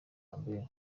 lambert